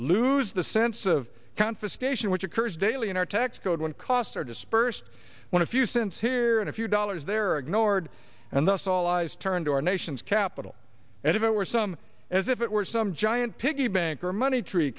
lose the sense of confiscation which occurs daily in our tax code when costs are dispersed when a few cents here and a few dollars there are ignored and thus all eyes turn to our nation's capital and if it were some as if it were some giant piggy bank or a money tree